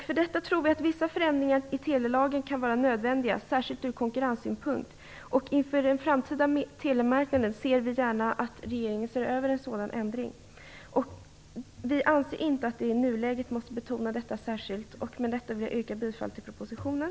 För detta tror vi att vissa förändringar i telelagen kan vara nödvändiga, särskilt ur konkurrenssynpunkt. Inför en framtida telemarknad ser vi gärna att regeringen ser över en sådan ändring. Dock anser vi inte i nuläget att vi måste betona detta särskilt. Med detta vill jag yrka bifall till propositionen.